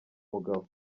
mugabo